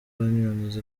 union